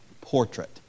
portrait